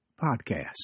Podcast